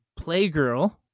Playgirl